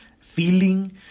feeling